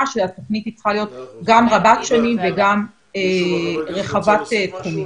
שהתוכנית צריכה להיות גם רבת שנים וגם רחבת תחומים.